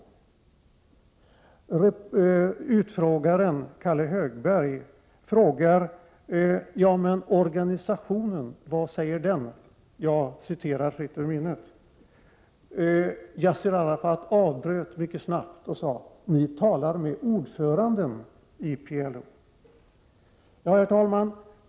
Utfrågaren, Kalle Högberg, replikerade — Jag refererar fritt ut minnet: —- Ja, men organisationen, vad säger den? Yassir Arafat avbröt mycket snabbt och sade: —- Ni talar med ordföranden i PLO! Herr talman!